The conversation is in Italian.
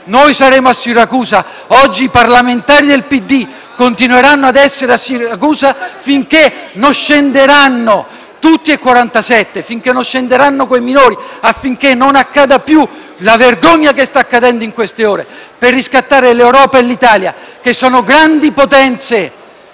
e saremo a Siracusa oggi. I parlamentari del PD continueranno ad essere a Siracusa finché non scenderanno tutte le 47 persone a bordo, finché non scenderanno quei minori, affinché non accada più la vergogna che sta accadendo in queste ore, per riscattare l'Europa e l'Italia che sono grandi potenze